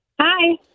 Hi